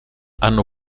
hanno